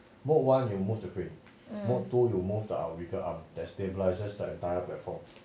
um